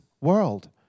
world